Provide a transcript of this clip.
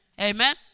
amen